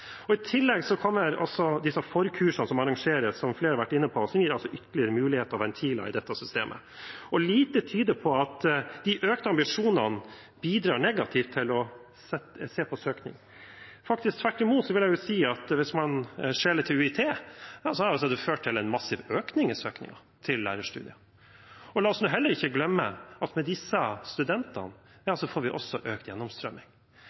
videregående. I tillegg kommer de forkursene som arrangeres, som flere har vært inne på, som gir ytterligere muligheter og ventiler i dette systemet. Lite tyder på at de økte ambisjonene bidrar negativt til søkningen – faktisk tvert imot, vil jeg si. Hvis man skjeler til UiT, har det ført til en massiv økning i søkningen til lærerstudiet. La oss heller ikke glemme at med disse studentene får vi også økt